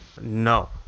no